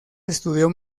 estudió